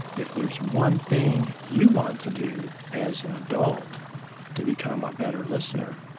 if there's one thing you want to do as an adult to become a better listener,